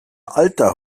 alter